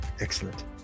excellent